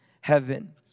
heaven